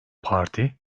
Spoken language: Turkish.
parti